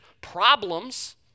problems